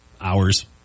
hours